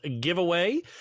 giveaway